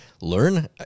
learn